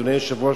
אדוני היושב-ראש,